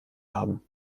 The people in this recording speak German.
haben